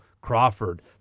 Crawford